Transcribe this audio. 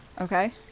Okay